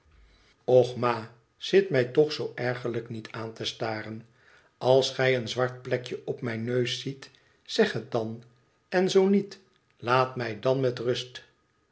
och ma zit mij toch zoo ergerlijk niet aan te staren als gij een zwart plekje op mijn neus ziet zeg het dan en zoo niet laat mij dan met rust